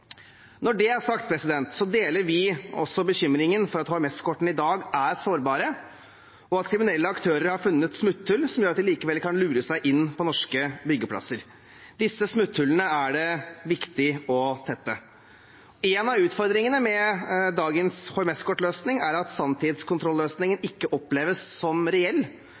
Når det er sagt, deler også vi bekymringen for at HMS-kortene i dag er sårbare, og at kriminelle aktører har funnet smutthull som gjør at de likevel kan lure seg inn på norske byggeplasser. Disse smutthullene er det viktig å tette. Én av utfordringene med dagens HMS-kortløsning er at sanntidskontrolløsningen ikke oppleves som reell,